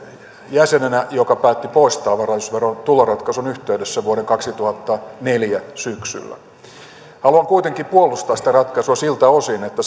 jäsenenä joka päätti poistaa varallisuusveron tuloratkaisun yhteydessä vuoden kaksituhattaneljä syksyllä haluan kuitenkin puolustaa sitä ratkaisua siltä osin että